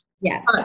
Yes